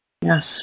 yes